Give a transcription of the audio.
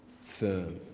firm